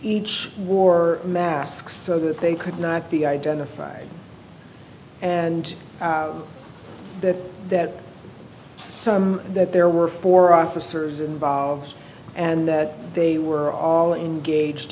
each wore masks so that they could not be identified and that that some that there were four officers involved and that they were all in gauged